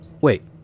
Wait